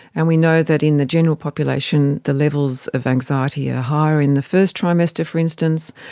and we know that in the general population the levels of anxiety are higher in the first trimester, for instance,